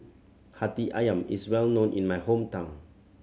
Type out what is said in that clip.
Hati Ayam is well known in my hometown